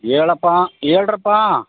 ಹೇಳಪ್ಪ ಹೇಳ್ರಪ್ಪ